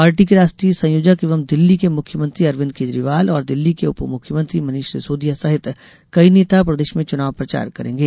party के राष्ट्रीय संयोजक एवं दिल्ली के मुख्यमंत्री अरविंद केजरीवाल और दिल्ली के उपमुख्यमंत्री मनीष सिसोदिया सहित कई नेता प्रदेश में चुनाव प्रचार करेंगे